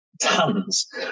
tons